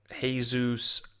Jesus